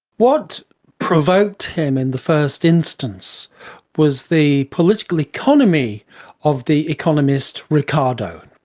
what provoked him in the first instance was the political economy of the economist ricardo.